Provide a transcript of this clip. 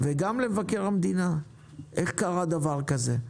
וכך גם למבקר המדינה לבדוק איך קרה דבר כזה.